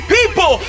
People